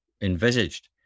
envisaged